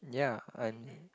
yeah